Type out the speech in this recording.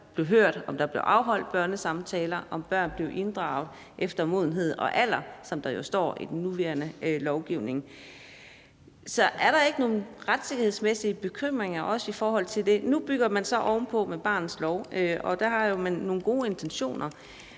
om der blev afholdt børnesamtaler, om børn blev inddraget efter modenhed og alder, som der jo står i den nuværende lovgivning. Så er der ikke nogen retssikkerhedsmæssige bekymringer også i forhold til det? Nu bygger man så ovenpå med barnets lov, og der har man nogle gode intentioner,